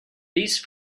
these